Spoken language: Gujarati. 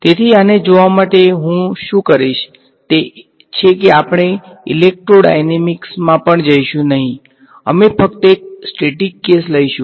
તેથી આને જોવા માટે હું શું કરીશ તે છે કે આપણે ઇલેક્ટ્રોડાયનેમિક્સમાં પણ જઈશું નહીં અમે ફક્ત એક સ્ટેટીક કેસ લઈશું